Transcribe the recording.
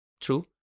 True